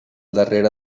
darrere